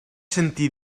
sentir